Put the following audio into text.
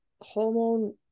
hormone